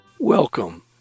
welcome